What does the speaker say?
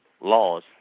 laws